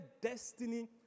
destiny